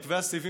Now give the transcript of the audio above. מבנה הסיבים,